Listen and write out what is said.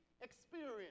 experience